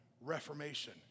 reformation